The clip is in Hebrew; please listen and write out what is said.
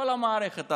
כל המערכת,